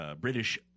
British